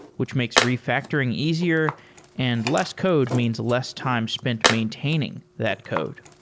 which makes refactoring easier and less code means less time spent maintaining that code.